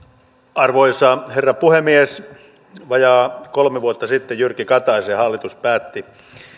arvoisa herra puhemies vajaa kolme vuotta sitten jyrki kataisen hallitus päätti